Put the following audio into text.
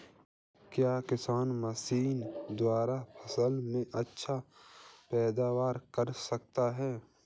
क्या किसान मशीनों द्वारा फसल में अच्छी पैदावार कर सकता है?